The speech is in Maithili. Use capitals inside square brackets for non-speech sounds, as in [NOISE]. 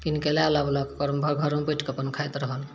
किन कऽ लए लाबलक [UNINTELLIGIBLE] घर घरमे अपन बैठ कऽ अपन खाइत रहल